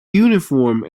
uniform